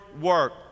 work